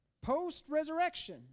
post-resurrection